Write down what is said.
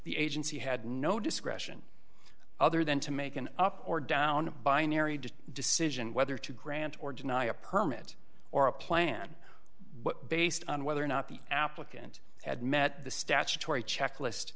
the agency had no discretion other than to make an up or down binary decision whether to grant or deny a permit or a plan based on whether or not the applicant had met the statutory